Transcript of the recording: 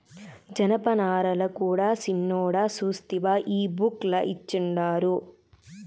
జనపనారల కూడా సిన్నోడా సూస్తివా ఈ బుక్ ల ఇచ్చిండారు